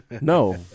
No